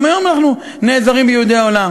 גם היום אנחנו נעזרים ביהודי העולם,